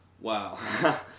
Wow